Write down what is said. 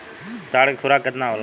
साढ़ के खुराक केतना होला?